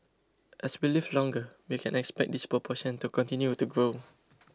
as we live longer we can expect this proportion to continue to grow